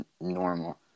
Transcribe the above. normal